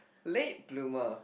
late bloomer